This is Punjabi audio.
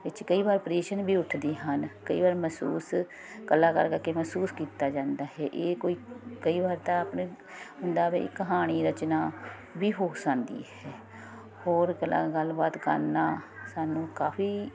ਵਿੱਚ ਕਈ ਵਾਰ ਪ੍ਰਸ਼ਨ ਵੀ ਉੱਠਦੇ ਹਨ ਕਈ ਵਾਰ ਮਹਿਸੂਸ ਕਲਾਕਾਰ ਕਰਕੇ ਮਹਿਸੂਸ ਕੀਤਾ ਜਾਂਦਾ ਹੈ ਇਹ ਕੋਈ ਕਈ ਵਾਰ ਤਾਂ ਆਪਣੇ ਦਾਵੇ ਕਹਾਣੀ ਰਚਨਾ ਵੀ ਹੋ ਸਕਦੀ ਹੈ ਹੋਰ ਕਲਾ ਗੱਲਬਾਤ ਕਰਨਾ ਸਾਨੂੰ ਕਾਫੀ